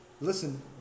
listen